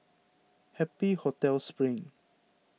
Happy Hotel Spring